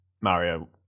Mario